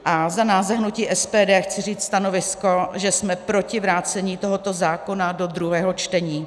A za nás, za hnutí SPD, chci říct stanovisko, že jsme proti vrácení tohoto zákona do druhého čtení.